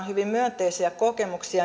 hyvin myönteisiä kokemuksia